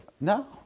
No